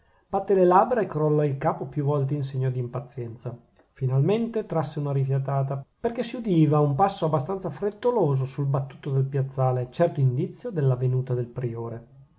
battè le labbra e crollò il capo più volte in segno d'impazienza finalmente trasse una rifiatata perchè si udiva un passo abbastanza frettoloso sul battuto del piazzale certo indizio della venuta del priore